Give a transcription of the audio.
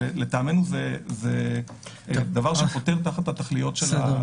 זה דבר שחותר תחת התכליות של ההסדר.